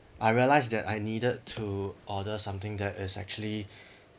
I realised that I needed to order something that is actually